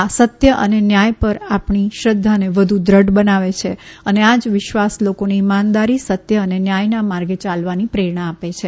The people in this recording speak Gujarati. આ સત્ય અને ન્યાય પર આપણી શ્રદ્ધાને વધુ દ્રઢ બનાવે છે અને આ જ વિશ્વાસ લોકોને ઇમાનદારી સત્ય અને ન્યાયના માર્ગે ચાલવાની પ્રેરણા આપે છે